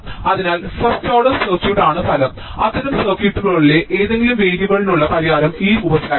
അതിനാൽ first order circuit ആണ് ഫലം അത്തരം സർക്യൂട്ടുകളിലെ ഏതെങ്കിലും വേരിയബിളിനുള്ള പരിഹാരം ഈ രൂപത്തിലായിരിക്കും